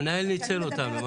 המנהל ניצל אותן.